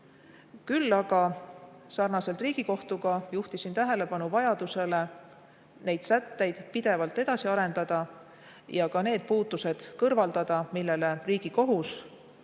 Küll aga, sarnaselt Riigikohtuga, juhtisin tähelepanu vajadusele neid sätteid pidevalt edasi arendada ja ka need puudused kõrvaldada, millele Riigikohus